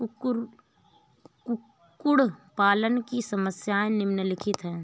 कुक्कुट पालन की समस्याएँ निम्नलिखित हैं